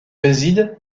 réside